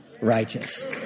righteous